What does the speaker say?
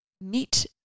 meet